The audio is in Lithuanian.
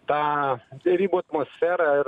tą derybų atmosferą ir